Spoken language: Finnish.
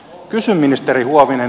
kysyn ministeri huovinen